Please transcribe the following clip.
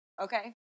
okay